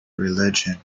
religion